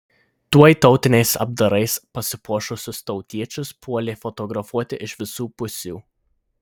tuoj tautiniais apdarais pasipuošusius tautiečius puolė fotografuoti iš visų pusių